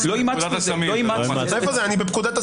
אני בפקודת הסמים.